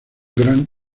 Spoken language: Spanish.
gran